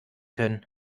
können